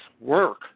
work